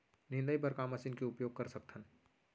निंदाई बर का मशीन के उपयोग कर सकथन?